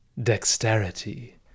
Dexterity